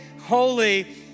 holy